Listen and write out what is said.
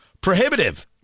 prohibitive